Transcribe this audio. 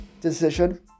decision